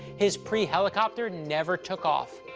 his pre-helicopter never took off,